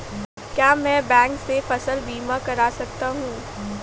क्या मैं बैंक से फसल बीमा करा सकता हूँ?